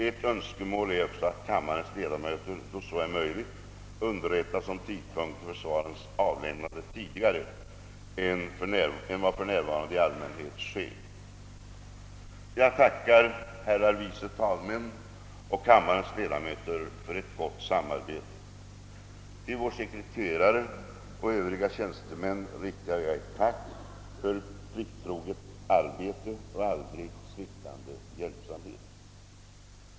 Ett önskemål är också att kammarens ledamöter då så är möjligt underrättas om tidpunkten för svarens avlämnande tidigare än för närvarande i allmänhet sker. Jag tackar herrar vice talmän och kammarens ledamöter för ett gott samarbete. Till vår sekreterare och övriga tjänstemän riktar jag ett tack för plikttroget arbete och aldrig sviktande hjälpsamhet.